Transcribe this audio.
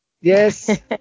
Yes